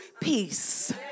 peace